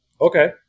Okay